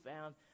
found